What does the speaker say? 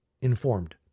informed